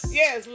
yes